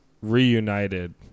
reunited